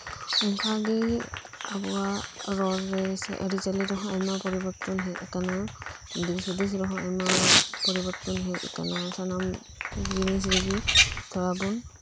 ᱚᱱᱠᱟᱜᱤ ᱟᱵᱩᱣᱟᱜ ᱨᱚᱲᱨᱮ ᱥᱮ ᱟᱹᱨᱤᱪᱟᱹᱞᱤᱨᱮᱦᱚᱸ ᱟᱭᱢᱟ ᱯᱚᱨᱤᱵᱚᱨᱛᱚᱱ ᱦᱮᱡ ᱟᱠᱟᱱᱟ ᱫᱤᱥᱦᱩᱫᱤᱥ ᱨᱮᱦᱚᱸ ᱟᱭᱢᱟᱯᱚᱨᱤᱵᱚᱨᱛᱚᱱ ᱦᱮᱡ ᱟᱠᱟᱱᱟ ᱥᱟᱱᱟᱢ ᱡᱤᱱᱤᱥ ᱨᱮᱜᱤ ᱛᱷᱚᱲᱟᱵᱩᱱ